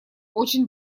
очень